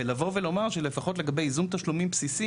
ולבוא ולומר שלפחות לגבי ייזום תשלומים בסיסי